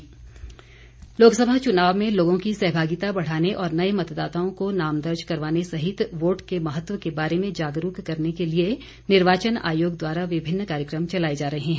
SVEEP Lok Sabha चुनाव में लोगों की सहभागिता बढ़ाने और नए मतदाताओं को नाम दर्ज करवाने सहित वोट के महत्व के बारे जागरूक करने के लिए निर्वाचन आयोग द्वारा विभिन्न कार्यक्रम चलाए जा रहे हैं